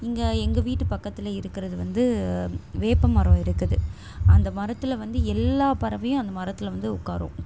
இங்கே எங்கள் வீட்டு பக்கத்ததில் இருக்கிறது வந்து வேப்பமரம் இருக்குது அந்த மரத்தில் வந்து எல்லா பறவையும் அந்த மரத்தில் வந்து உட்காரும்